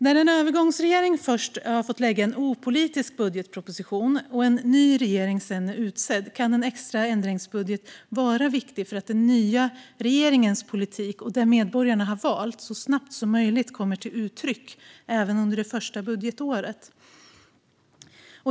När en övergångsregering först har fått lägga en opolitisk budgetproposition och en ny regering sedan är utsedd kan en extra ändringsbudget vara viktig för att den nya regeringens politik, den medborgarna har valt, så snabbt som möjligt kommer till uttryck även under det första budgetåret.